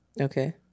okay